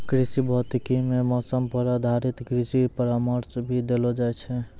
कृषि भौतिकी मॅ मौसम पर आधारित कृषि परामर्श भी देलो जाय छै